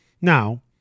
Now